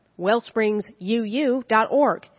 wellspringsuu.org